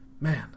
Man